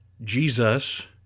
jesus